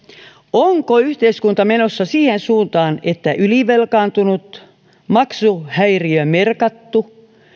onko yhteiskunta menossa siihen suuntaan että ylivelkaantunut maksuhäiriömerkattu